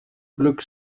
glück